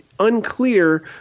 unclear